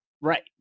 right